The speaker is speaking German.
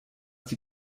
die